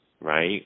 right